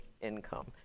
income